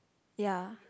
ya